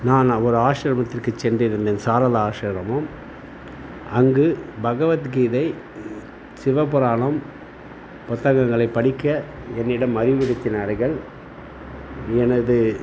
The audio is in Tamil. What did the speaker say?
நான் ஒரு ஆஷிரமத்திற்கு சென்றிருந்தேன் சாரதா ஆஷிரமம் அங்கு பகவத் கீதை சிவபுராணம் புத்தகங்களை படிக்க என்னிடம் அறிவுறுத்தினார்கள் எனது